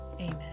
amen